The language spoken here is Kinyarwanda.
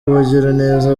abagiraneza